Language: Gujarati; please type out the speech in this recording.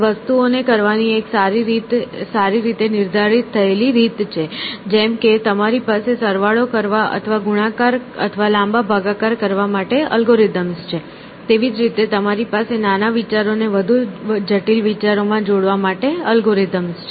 તે વસ્તુઓને કરવાની એક સારી રીતે નિર્ધારિત થયેલ રીત છે જેમ કે તમારી પાસે સરવાળો કરવા અથવા ગુણાકાર અથવા લાંબા ભાગાકાર કરવા માટે એલ્ગોરિધમ્સ છે તેવી જ રીતે તમારી પાસે નાના વિચારોને વધુ જટિલ વિચારોમાં જોડવા માટે એલ્ગોરિધમ્સ છે